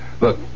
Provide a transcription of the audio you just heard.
Look